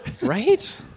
Right